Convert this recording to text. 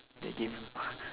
they didn't